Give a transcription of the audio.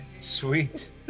sweet